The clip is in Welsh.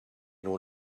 nhw